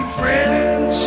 friends